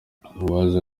uwaza